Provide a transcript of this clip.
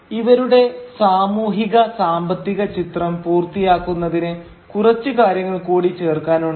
ഇവരുടെ സാമൂഹിക സാമ്പത്തിക ചിത്രം പൂർത്തിയാക്കുന്നതിന് കുറച്ചു കാര്യങ്ങൾ കൂടി ചേർക്കാനുണ്ട്